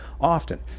often